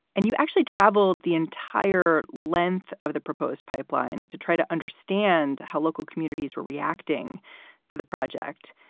and you actually traveled the entire length of the proposed pipeline to try to understand how local communities were reacting to the project.